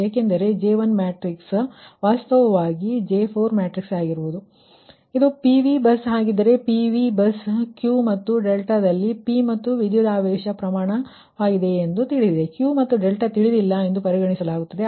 ಯಾಕೆ0ದರೆ ಇದು J1 matrix ಇದು J1 matrix ವಾಸ್ತವವಾಗಿ ನಿಮ್ಮ J4 ಮ್ಯಾಟ್ರಿಕ್ಸ್ ಆದ್ದರಿಂದ ಇದು PV ಬಸ್ ಆಗಿದ್ದರೆ PV ಬಸ್ Q ಮತ್ತು δ ನಲ್ಲಿ P ಮತ್ತು ವೋಲ್ಟೇಜ್ ಪ್ರಮಾಣವಾಗಿದೆಯೆಂದು ತಿಳಿದಿದೆ Q ಮತ್ತು ತಿಳಿದಿಲ್ಲ ಎಂದು ಪರಿಗಣಿಸಲಾಗುತ್ತದೆ